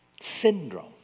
syndrome